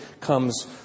comes